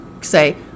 Say